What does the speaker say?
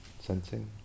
sensing